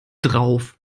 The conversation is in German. drauf